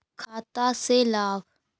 खाता से लाभ?